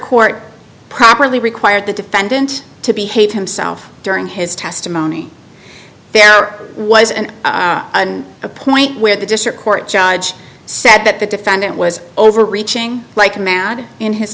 court properly required the defendant to behave himself during his testimony there was and a point where the district court judge said that the defendant was overreaching like a man in his